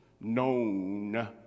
known